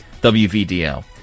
WVDL